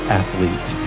athlete